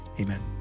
Amen